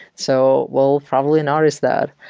so we'll probably notice that.